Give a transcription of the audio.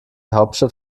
hauptstadt